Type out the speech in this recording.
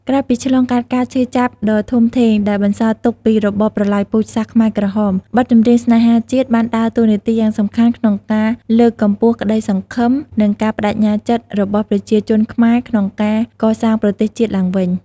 ក្រោយពីឆ្លងកាត់ការឈឺចាប់ដ៏ធំធេងដែលបន្សល់ទុកពីរបបប្រល័យពូជសាសន៍ខ្មែរក្រហម បទចម្រៀងស្នេហាជាតិបានដើរតួនាទីយ៉ាងសំខាន់ក្នុងការ លើកកម្ពស់ក្តីសង្ឃឹម និង ការប្ដេជ្ញាចិត្ត របស់ប្រជាជនខ្មែរក្នុងការ កសាងប្រទេសជាតិឡើងវិញ។